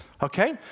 Okay